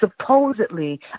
supposedly